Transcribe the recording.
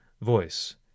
voice